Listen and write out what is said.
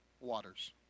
waters